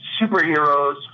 superheroes